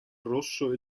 rosso